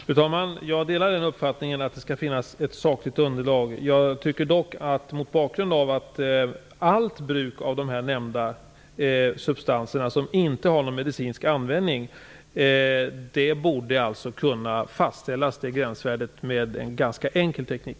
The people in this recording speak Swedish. Fru talman! Jag delar uppfattningen att det skall finnas ett sakligt underlag. Mot bakgrund av att ingen av de nämnda substanserna har någon medicinsk användning borde gränsvärdet kunna fastställas med en ganska enkel teknik.